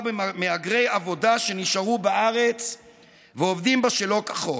במהגרי עבודה שנשארו בארץ ועובדים בה שלא כחוק.